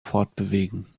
fortbewegen